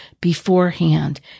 beforehand